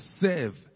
serve